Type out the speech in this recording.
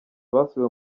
basuye